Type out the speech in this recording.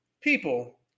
people